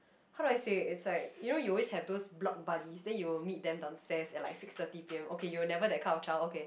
how do I say it's like you know you always have those block buddies then you'll meet them downstairs at like six thirty p_m okay you're never that kind of child okay